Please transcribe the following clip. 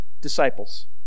disciples